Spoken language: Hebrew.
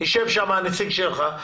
ישב שם נציג שלך,